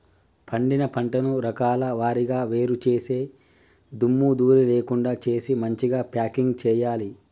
పండిన పంటను రకాల వారీగా వేరు చేసి దుమ్ము ధూళి లేకుండా చేసి మంచిగ ప్యాకింగ్ చేయాలి